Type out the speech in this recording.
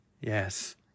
Yes